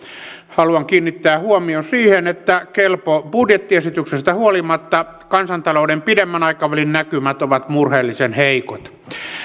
haluan kiinnittää huomion siihen että kelpo budjettiesityksestä huolimatta kansantalouden pidemmän aikavälin näkymät ovat murheellisen heikot